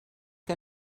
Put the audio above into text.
que